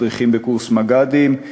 מדריכים בקורס מג"דים,